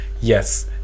yes